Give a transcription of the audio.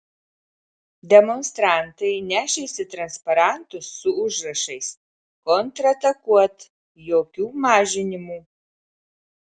demonstrantai nešėsi transparantus su užrašais kontratakuot jokių mažinimų